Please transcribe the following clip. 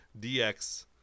dx